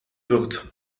wirt